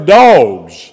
dogs